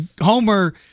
Homer